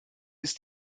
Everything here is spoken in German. ist